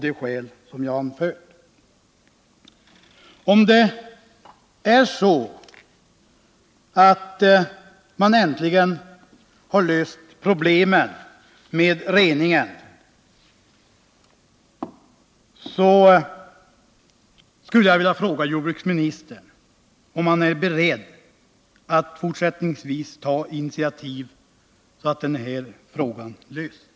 Jag skulle vilja fråga jordbruksministern: Om det är så att man äntligen har löst problemen med reningen, är jordbruksministern då beredd att ta initiativ så att den här frågan löses?